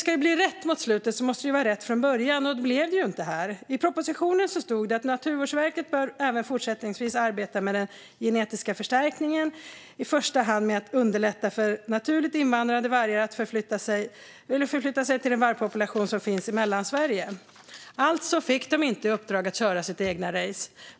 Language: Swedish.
Ska det bli rätt på slutet måste det vara rätt från början, och det blev det ju inte här.I propositionen stod det: "Naturvårdsverket bör även fortsättningsvis arbeta med den genetiska förstärkningen, i första hand med att underlätta för naturligt invandrade vargar att förflytta sig till den vargpopulation som finns i Mellansverige." Alltså fick de inte i uppdrag att köra sitt eget race.